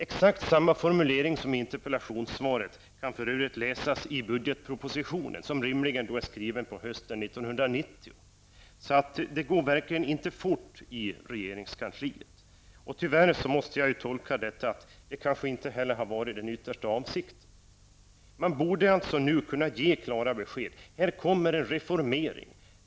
Exakt samma formulering som i interpellationssvaret kan för övrigt läsas i budgetpropositionen som rimligen bör vara skriven på hösten 1990. Det går verkligen inte fort i regeringskansliet. Jag måste tyvärr tolka detta som att det inte heller har varit den yttersta avsikten. Man borde kunna ge klara besked om att här kommer en reformering.